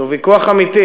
שהוא ויכוח אמיתי,